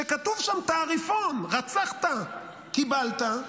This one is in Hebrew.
שכתוב שם תעריפון: רצחת, קיבלת,